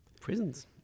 prisons